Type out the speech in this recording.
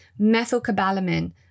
methylcobalamin